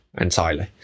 entirely